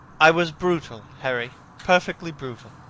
i was brutal, harry perfectly brutal.